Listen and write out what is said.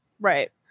Right